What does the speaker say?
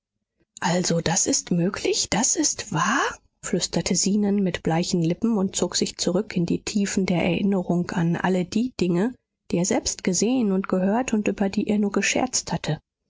also das ist möglich das ist wahr flüsterte zenon mit bleichen lippen und zog sich zurück in die tiefen der erinnerung an alle die dinge die er selbst gesehen und gehört und über die er nur gescherzt hatte